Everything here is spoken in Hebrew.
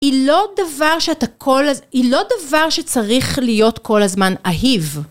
היא לא דבר שאתה כל הזמן, היא לא דבר שצריך להיות כל הזמן אהיב.